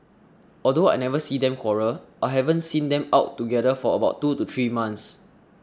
although I never see them quarrel I haven't seen them out together for about two to three months